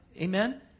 Amen